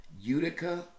Utica